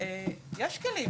יש כלים.